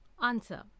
Answer